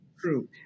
True